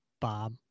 Bob